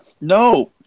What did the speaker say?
No